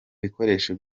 bikoresho